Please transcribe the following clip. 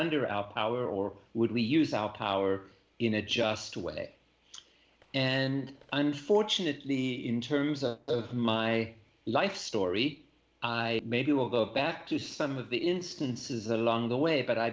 under our power or would we use our power in a just a way and unfortunately in terms of my life story i maybe will go back to some of the instances along the way but i